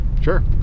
sure